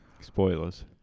spoilers